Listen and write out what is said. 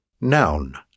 Noun